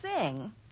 sing